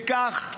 וכך,